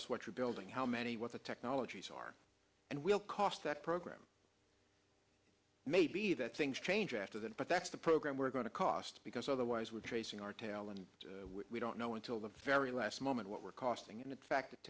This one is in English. us what you're building how many what the technologies are and will cost that program maybe that things change after that but that's the program we're going to cost because otherwise we're tracing our tail and we don't know until the very last moment what we're costing and in fact